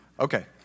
Okay